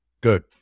Good